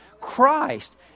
Christ